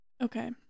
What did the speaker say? Okay